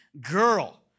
girl